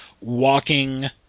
walking